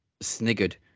sniggered